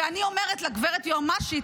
ואני אומרת לגב' יועמ"שית: